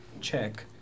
check